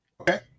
Okay